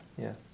yes